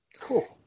Cool